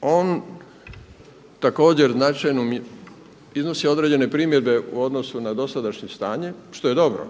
On također značajnu, iznosi određene primjedbe u odnosu na dosadašnje stanje što je dobro